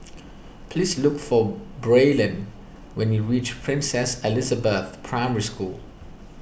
please look for Braylen when you reach Princess Elizabeth Primary School